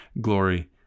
glory